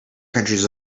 countries